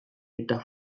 eta